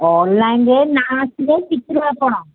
ଅନ୍ଲାଇନ୍ରେ ନା ଆସିଲେ ଶିଖିବେ ଆପଣ